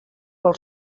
vol